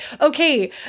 okay